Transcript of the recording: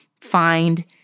find